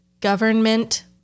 government